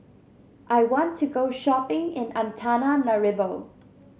I want to go shopping in Antananarivo